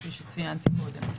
כפי שציינתי קודם.